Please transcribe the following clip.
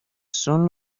son